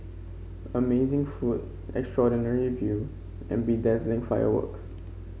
amazing food extraordinary view and bedazzling fireworks